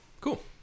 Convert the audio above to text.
cool